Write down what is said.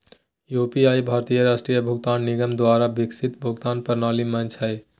UPI भारतीय राष्ट्रीय भुगतान निगम द्वारा विकसित भुगतान प्रणाली मंच हइ